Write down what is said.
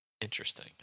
interesting